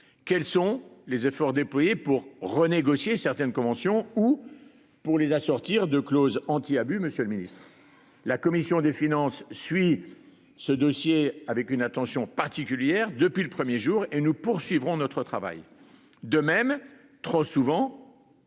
Quels sont les efforts déployés pour renégocier certaines conventions ou pour les assortir de clauses anti- abus, Monsieur le Ministre.